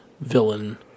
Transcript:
villain